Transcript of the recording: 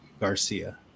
garcia